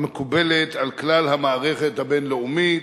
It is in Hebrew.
המקובלת על כלל המערכת הבין-לאומית: